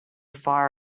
far